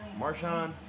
Marshawn